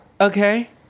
Okay